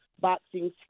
boxing